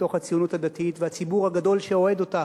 בתוך הציונות הדתית והציבור הגדול שאוהד אותה,